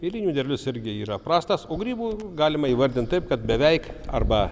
mėlynių derlius irgi yra prastas o grybų galima įvardint taip kad beveik arba